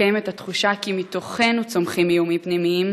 קיימת התחושה כי מתוכנו צומחים איומים פנימיים,